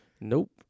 Nope